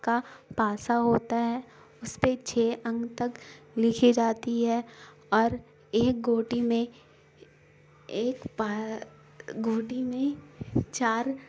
کا پاسہ ہوتا ہے اس پہ چھ انک تک لکھی جاتی ہے اور ایک گوٹی میں ایک پ گوٹی میں چار